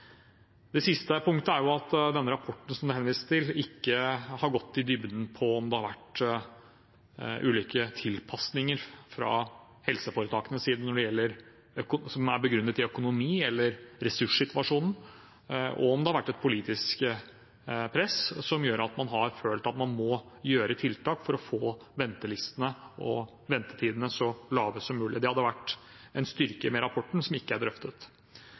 Et siste punkt er at den rapporten som det er henvist til, ikke har gått i dybden på om det har vært ulike tilpasninger fra helseforetakenes side som er begrunnet i økonomi eller ressurssituasjon, og om det har vært et politisk press som gjør at man har følt at man må gjøre tiltak for å få ventelistene og ventetidene så korte som mulig. Det hadde vært en styrke for rapporten, men er ikke drøftet. Arbeiderpartiet mener at det er